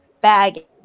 bag